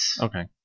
Okay